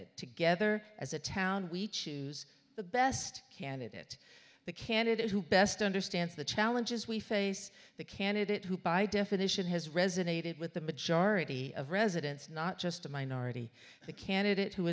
vetted together as a town we choose the best candidate the candidate who best understands the challenges we face the candidate who by definition has resonated with the majority of residents not just a minority the candidate who